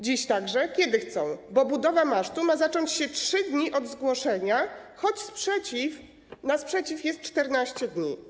Dziś także: kiedy chcą, bo budowa masztu ma zacząć się 3 dni od zgłoszenia, choć na sprzeciw jest 14 dni.